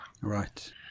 Right